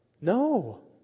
No